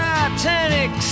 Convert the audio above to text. Titanic